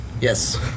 Yes